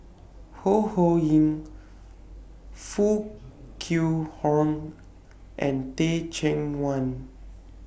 Ho Ho Ying Foo Kwee Horng and Teh Cheang Wan